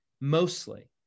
mostly